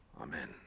Amen